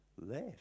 left